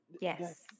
Yes